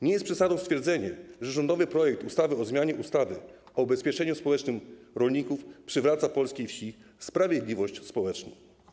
Nie jest przesadą stwierdzenie, że rządowy projekt ustawy o zmianie ustawy o ubezpieczeniu społecznym rolników przywraca polskiej wsi sprawiedliwość społeczną.